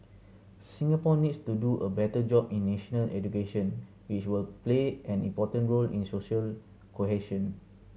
Singapore needs to do a better job in national education which will play an important role in social cohesion